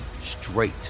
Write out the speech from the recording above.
straight